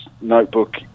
notebook